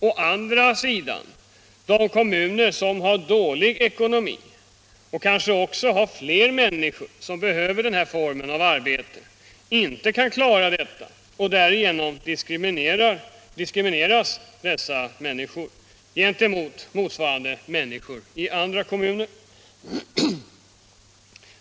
Å andra sidan kan de kommuner som har dålig ekonomi, och där kanske också fler människor behöver denna form av arbete, inte klara detta, och därigenom diskrimineras dessa män politiken Arbetsmarknadspolitiken niskor gentemot motsvarande i andra kommuner.